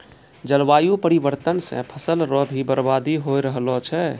जलवायु परिवर्तन से फसल रो भी बर्बादी हो रहलो छै